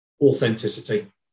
authenticity